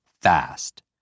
fast